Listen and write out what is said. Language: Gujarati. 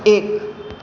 એક